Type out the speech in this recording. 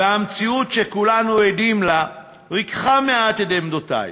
והמציאות שכולנו עדים לה ריככה מעט את עמדותי.